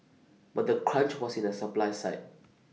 but the crunch was in the supply side